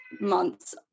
months